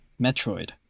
Metroid